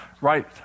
right